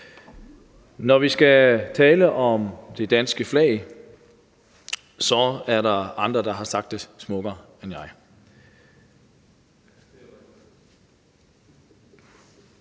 Når vi skal tale om det danske flag, så er der andre, der har sagt det smukkere end jeg